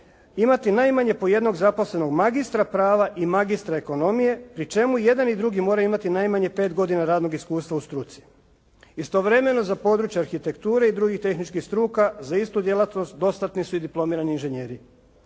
imati najmanje po jednog zaposlenog magistra prava i magistra ekonomije pri čemu jedan i drugi moraju imati najmanje pet godina radnog iskustva u struci. Istovremeno za područje arhitekture i drugih tehničkih struka za istu djelatnost dostatni su i diplomirani inženjeri.